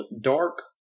dark